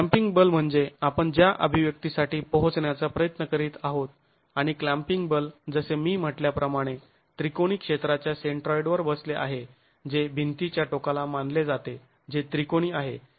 हे क्लॅंपिंग बल म्हणजे आपण ज्या अभिव्यक्तीसाठी पोहोचण्याचा प्रयत्न करीत आहोत आणि क्लॅंपिंग बल जसे मी म्हटल्याप्रमाणे त्रिकोणी क्षेत्राच्या सेंट्राॅईडवर बसले आहे जे भिंतीच्या टोकाला मानले जाते जे त्रिकोणी आहे